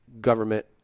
government